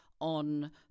on